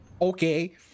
Okay